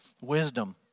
Wisdom